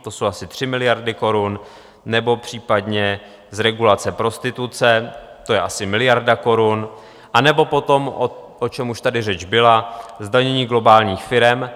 To jsou asi 3 miliardy korun, nebo případně z regulace prostituce, to je asi miliarda korun, anebo potom, o čem už tady řeč byla, zdanění globálních firem.